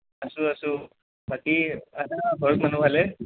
আছোঁ আছোঁ বাকী এনে ঘৰত মানুহ ভালেই